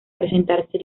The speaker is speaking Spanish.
presentarse